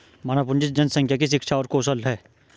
मानव पूंजी जनसंख्या की शिक्षा और कौशल है